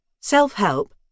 self-help